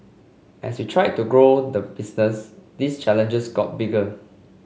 as we tried to grow the business these challenges got bigger